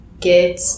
get